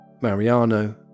Mariano